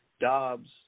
Dobbs